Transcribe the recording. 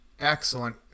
Excellent